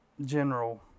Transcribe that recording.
general